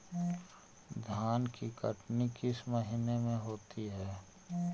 धान की कटनी किस महीने में होती है?